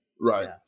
Right